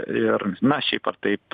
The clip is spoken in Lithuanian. ir na šiaip ar taip